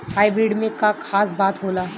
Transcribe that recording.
Hybrid में का खास बात होला?